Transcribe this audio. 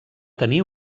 tenir